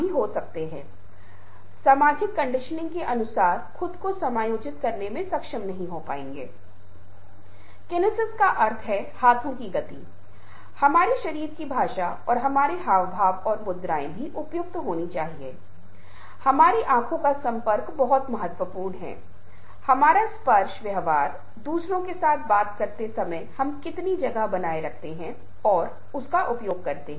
और मैंने महसूस किया कि ये महत्वपूर्ण थे क्योंकि हम एक ऐसी दुनिया में रहते हैं जहाँ ये सभी घटक हमारे साथ बहुत ही जटिल व्यवहार करते हैं और हमारी समझ को संशोधित करने हमारे संचार को संशोधित करने दूसरों के साथ हमारी बातचीत को संशोधित करने का प्रबंधन करते हैं